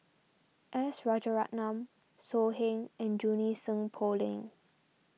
S Rajaratnam So Heng and Junie Sng Poh Leng